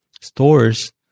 stores